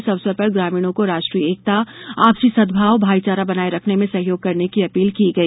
इस अवसर पर ग्रामीणों को राष्ट्रीय एकता आपसी सद्भाव भाई चारा बनाए रखने में सहयोग करने की अपील की गई